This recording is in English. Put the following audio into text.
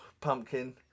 pumpkin